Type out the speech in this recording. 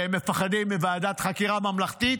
והם מפחדים מוועדת חקירה ממלכתית,